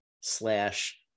slash